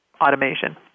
automation